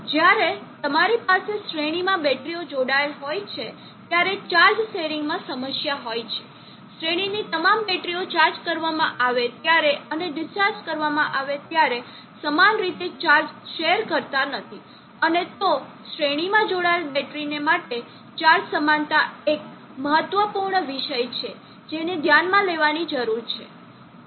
તો જ્યારે તમારી પાસે શ્રેણીમાં બેટરીઓ જોડાયેલા હોય છે ત્યારે ચાર્જ શેરિંગ માં સમસ્યા હોય છે શ્રેણીની તમામ બેટરીઓ ચાર્જ કરવામાં આવે ત્યારે અને ડિસ્ચાર્જ કરવામાં આવે ત્યારે સમાન રીતે ચાર્જ શેર કરતા નથી અને તો શ્રેણીમાં જોડાયેલ બેટરીને માટે ચાર્જ સમાનતા એ એક મહત્વપૂર્ણ વિષય છે જેને ધ્યાનમાં લેવાની જરૂર છે